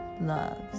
loves